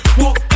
walk